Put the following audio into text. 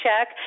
check